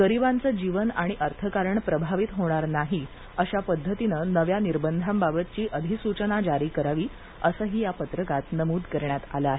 गरीबांचं जीवन आणि अर्थकारण प्रभावित होणार नाही अशा पद्धतिनं नव्यांनं निर्बंधाबाबतची अधिसूचना जारी करावी असंही या पत्रकात नमूद करण्यात आलं आहे